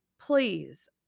please